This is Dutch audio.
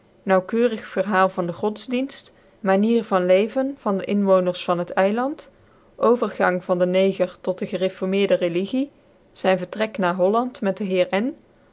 naaukcurig verhaal van de godsdfenft manier van leven van de inwoondcrs van het eiland overgang van de nc ger tot de gereformeerde religie zyn vertrek naar holland met de heer n